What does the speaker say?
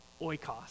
oikos